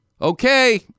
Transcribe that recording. Okay